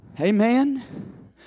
Amen